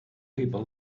people